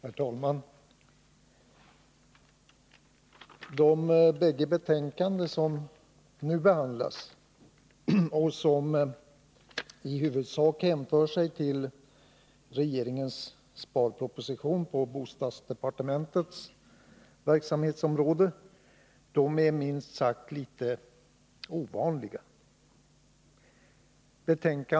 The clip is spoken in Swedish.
Herr talman! De båda betänkanden som nu behandlas och som i huvudsak hänför sig till regeringens sparproposition vad avser bostadsdepartementets verksamhetsområde är minst sagt litet ovanliga.